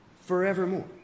forevermore